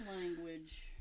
language